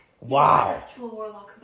Wow